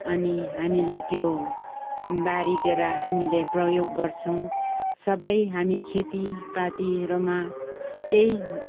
अनि हामीले त्यो बारीतिर हामीले प्रयोग गर्छौँ सबै हामी खेतीपातीहरूमा त्यही